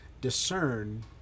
discern